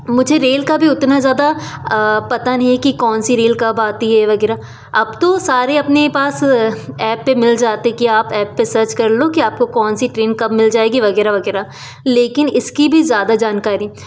मुझे रेल का भी उतना ज़्यादा पता नहीं है कि कौन सी रेल कब आती है वगैरह अब तो सारे अपने पास एप पर मिल जाते कि आप एप पर सर्च कर लो आपको कौन सी कब मिल जाएगी वगैरह वगैरह लेकिन इसकी भी ज़्यादा जानकारी